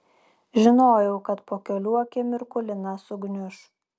žinojau kad po kelių akimirkų lina sugniuš